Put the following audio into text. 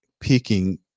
picking